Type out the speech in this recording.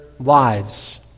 lives